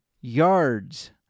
yards